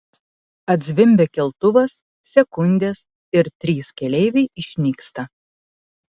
atzvimbia keltuvas sekundės ir trys keleiviai išnyksta